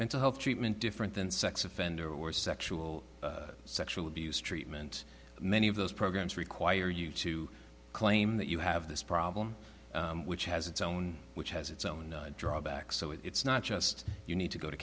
mental health treatment different than sex offender or sexual sexual abuse treatment many of those programs require you to claim that you have this problem which has its own which has its own drawbacks so it's not just you need to go to